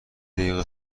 دقیقه